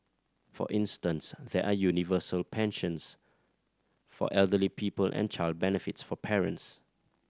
for instance there are universal pensions for elderly people and child benefits for parents